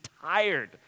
tired